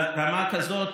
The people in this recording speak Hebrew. שברמה כזאת,